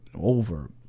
over